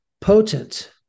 potent